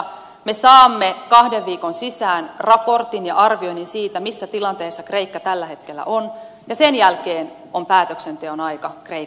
me saamme kahden viikon sisään raportin ja arvioinnin siitä missä tilanteessa kreikka tällä hetkellä on ja sen jälkeen on päätöksenteon aika kreikan osalta